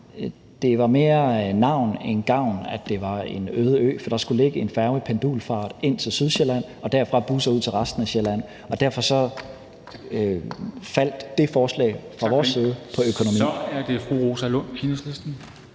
mere var af navn end af gavn, at det var en øde ø, for der skulle ligge en færge i pendulfart ind til Sydsjælland, og derfra skulle der gå busser ud til resten af Sjælland. Derfor faldt det forslag set fra vores side på økonomien. Kl. 14:11 Formanden (Henrik